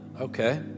Okay